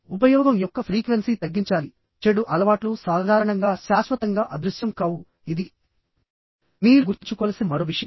ఉపయోగం యొక్క ఫ్రీక్వెన్సీ తగ్గించాలి చెడు అలవాట్లు సాధారణంగా శాశ్వతంగా అదృశ్యం కావు ఇది మీరు గుర్తుంచుకోవలసిన మరో విషయం